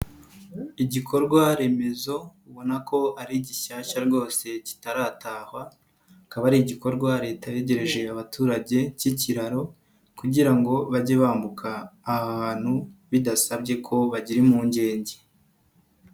Igikorwa remezo ubona ko ari gishyashya rwose kitaratahwa, akaba ari igikorwa Leta yegereje abaturage cy'ikiraro kugira ngo bajye bambuka ahantu bidasabye ko bagira impungenge.